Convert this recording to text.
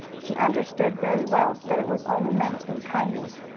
he understood very well that it was only meant in kindness,